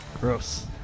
Gross